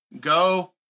Go